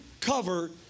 cover